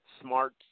smart